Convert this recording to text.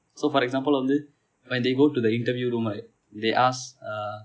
so for example வந்து:vanthu when they go to the interview room right they ask uh